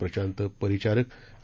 Prashant Paricharak आ